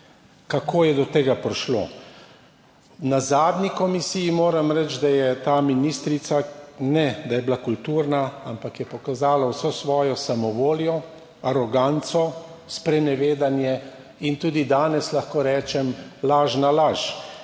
kako je do tega prišlo. Na zadnji komisiji moram reči, da je ta ministrica, ne da je bila kulturna, ampak je pokazala vso svojo samovoljo, aroganco, sprenevedanje in tudi danes lahko rečem, lažna laž,